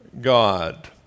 God